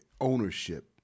ownership